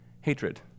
hatred